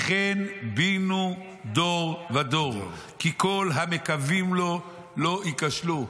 וכן בינו דור ודור כי כל המקווים לו לא ייכשלו".